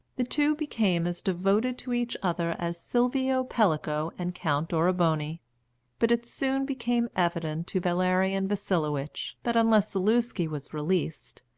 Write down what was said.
the two became as devoted to each other as silvio pellico and count oroboni but it soon became evident to valerian vasilowitch that, unless zaluski was released,